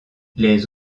les